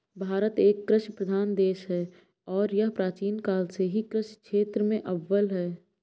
भारत एक कृषि प्रधान देश है और यह प्राचीन काल से ही कृषि क्षेत्र में अव्वल है